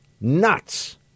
nuts